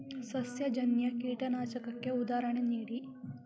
ಸಸ್ಯಜನ್ಯ ಕೀಟನಾಶಕಕ್ಕೆ ಉದಾಹರಣೆ ನೀಡಿ?